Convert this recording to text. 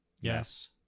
yes